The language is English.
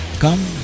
Come